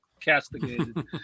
castigated